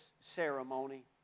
ceremony